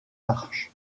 arches